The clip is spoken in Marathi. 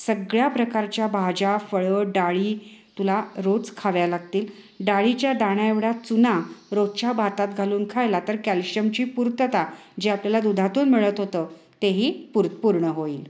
सगळ्या प्रकारच्या भाज्या फळं डाळी तुला रोज खाव्या लागतील डाळीच्या दाण्याएवढा चुना रोजच्या भातात घालून खायला तर कॅल्शियमची पुर्तता जे आपल्याला दुधातून मिळत होतं तेही पुर पूर्ण होईल